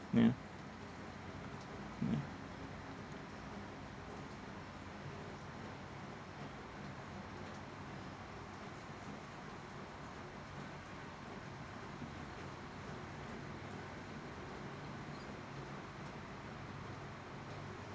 yeah yeah